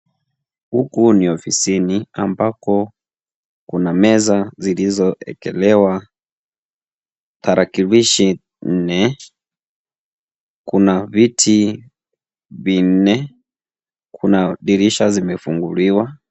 Huku ni ofisini ambapo kuna meza zilizoekelewa tarakilishi nne, kuna viti vinne, kuna dirisha zimefunguliwa.